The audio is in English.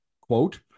Quote